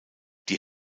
die